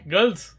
Girls